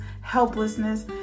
helplessness